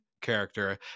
character